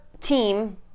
team